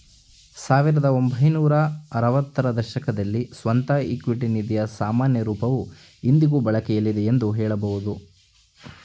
ಸಾವಿರದ ಒಂಬೈನೂರ ಆರವತ್ತ ರ ದಶಕದಲ್ಲಿ ಸ್ವಂತ ಇಕ್ವಿಟಿ ನಿಧಿಯ ಸಾಮಾನ್ಯ ರೂಪವು ಇಂದಿಗೂ ಬಳಕೆಯಲ್ಲಿದೆ ಎಂದು ಹೇಳಬಹುದು